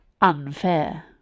unfair